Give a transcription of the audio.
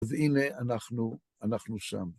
אז הנה אנחנו, אנחנו שם.